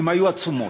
היו עצומות: